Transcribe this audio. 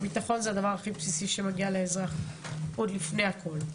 ביטחון זה הדבר הכי בסיסי שמגיע לאזרח עוד לפני הכול.